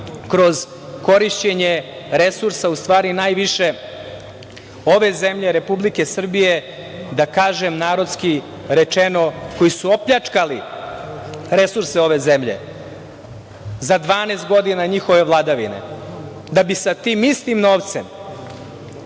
kroz korišćenje resursa, u stvari, najviše ove zemlje, Republike Srbije, da kažem narodski rečeno, koji su opljačkali resurse ove zemlje za 12 godina njihove vladavine, da bi sa tim istim novcem